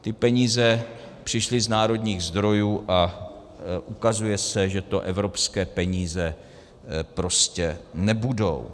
Ty peníze přišly z národních zdrojů a ukazuje se, že to evropské peníze prostě nebudou.